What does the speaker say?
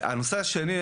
הנושא השני,